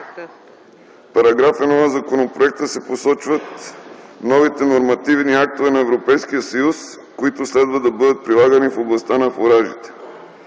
В §1 на законопроекта се посочват новите нормативни актове на Европейския съюз, които следва да бъдат прилагани в областта на фуражите.